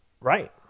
right